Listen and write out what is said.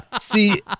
See